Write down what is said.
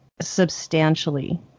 substantially